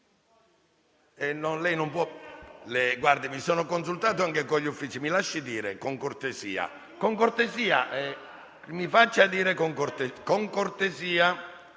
mi lasci dire, con cortesia,